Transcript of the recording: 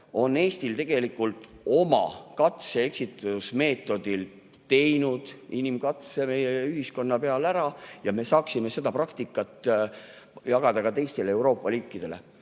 Eesti on tegelikult oma katse-eksitusmeetodil teinud inimkatse meie ühiskonna peal ära ja me saaksime seda praktikat jagada ka teiste Euroopa riikidega.